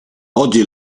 oggi